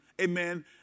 amen